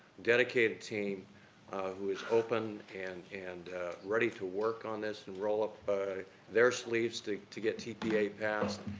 dedicated team who is open and and ready to work on this, and roll up their sleeves to to get tpa passed.